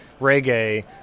reggae